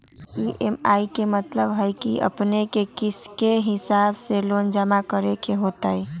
EMI के मतलब है कि अपने के किस्त के हिसाब से लोन जमा करे के होतेई?